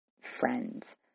friends